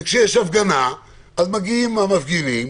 וכשיש הפגנה, אז מגיעים המפגינים,